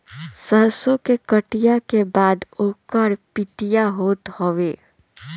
सरसो के कटिया के बाद ओकर पिटिया होत हवे